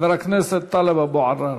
חבר הכנסת טלב אבו עראר.